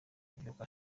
iby’uko